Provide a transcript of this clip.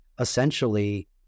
essentially